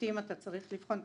לעיתים אתה צריך לבחון.